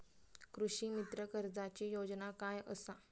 कृषीमित्र कर्जाची योजना काय असा?